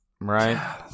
Right